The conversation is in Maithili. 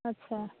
अच्छा